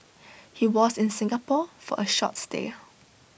he was in Singapore for A short stay